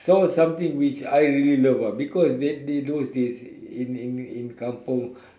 saw something which I really love ah because that they those days in in in kampung